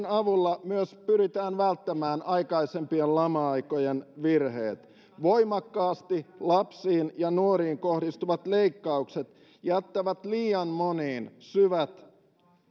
avulla myös pyritään välttämään aikaisempien lama aikojen virheet voimakkaasti lapsiin ja nuoriin kohdistuvat leikkaukset jättivät liian moniin syvät